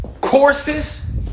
courses